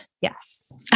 Yes